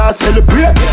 celebrate